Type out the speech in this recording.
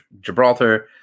Gibraltar